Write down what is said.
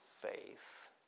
faith